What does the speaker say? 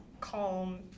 calm